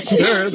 sir